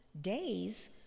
days